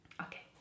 okay